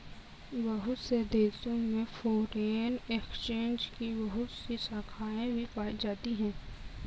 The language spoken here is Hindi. बहुत से देशों में फ़ोरेन एक्सचेंज की बहुत सी शाखायें भी पाई जाती हैं